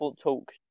talk